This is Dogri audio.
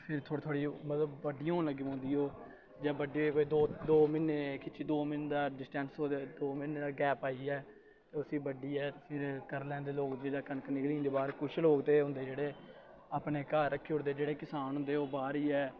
फिर थोह्ड़ी थोह्ड़ी मतलब बड्डी होन लगी पौंदी ओह् जियां बड्डी कोई दो दो म्हीने खिच्ची दो म्हीने दा डिस्टेंस होऐ ते दो म्हीने दा गैप आइयै ते उसी बड्डियै फिर करी लैंदे लोक जेल्लै कनक निकली जंदे बाह्र कुछ लोक ते होंदे जेह्ड़े अपने घर रक्खी ओड़दे जेह्ड़े किसान होंदे ओह् बाह्र ई ऐ